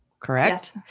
Correct